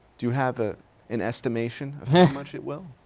do you have ah an estimation of how much it will?